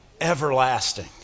everlasting